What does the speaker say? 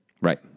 Right